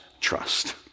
trust